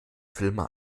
filme